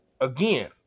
again